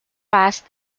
fast